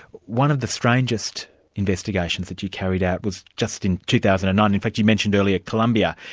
one of the strangest investigations that you carried out was just in two thousand and nine, in fact you mentioned earlier colombia,